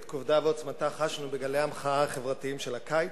את כובדה ועוצמתה חשנו בגלי המחאה החברתית האדירים של הקיץ,